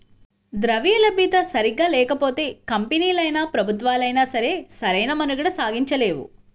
ద్రవ్యలభ్యత సరిగ్గా లేకపోతే కంపెనీలైనా, ప్రభుత్వాలైనా సరే సరైన మనుగడ సాగించలేవు